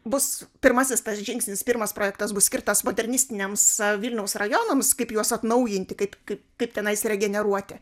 bus pirmasis tas žingsnis pirmas projektas bus skirtas modernistiniams vilniaus rajonams kaip juos atnaujinti kaip kaip kaip tenais regeneruoti